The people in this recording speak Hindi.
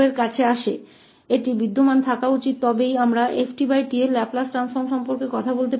यह मौजूद होना चाहिए तभी हम ftके लाप्लास परिवर्तन के बारे में बात कर सकते हैं